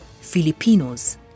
Filipinos